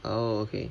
oh okay